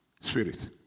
spirit